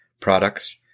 products